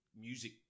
music